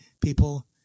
people